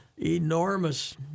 enormous